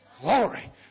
Glory